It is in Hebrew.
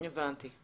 הבנתי.